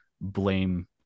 blame